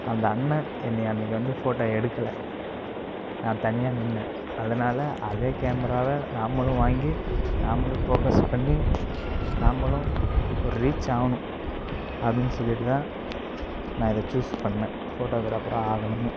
அந்த அண்ணன் என்னைய அன்னைக்கி வந்து ஃபோட்டோ எடுக்கலை நான் தனியாக நின்றேன் அதனால் அதே கேமராவை நாம்மளும் வாங்கி நாம்மளும் ஃபோகஸ் பண்ணி நாம்மளும் ஒரு ரீச் ஆகணும் அப்படின்னு சொல்லிட்டு தான் நான் இதை சூஸ் பண்ணேன் ஃபோட்டோ கிராஃபராக ஆகணும்னு